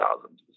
thousands